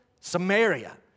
Samaria